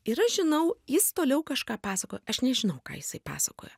ir aš žinau jis toliau kažką pasakojo aš nežinau ką jisai pasakojo